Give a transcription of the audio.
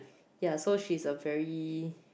ya so she is a very